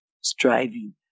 striving